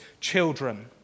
children